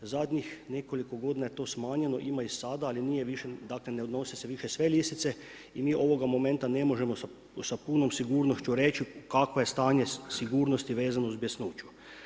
Zadnjih nekoliko godina je to smanjeno, ima i sada ali nije više, dakle ne odnosi se više na sve lisice i mi ovoga momenta ne možemo sa punom sigurnošću reći kakvo je stanje sigurnosti vezano uz bjesnoću.